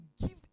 give